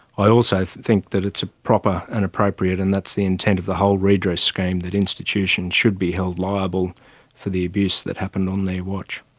i also think that it's proper and appropriate and that's the intent of the whole redress scheme, that institutions should be held liable for the abuse that happened on their watch.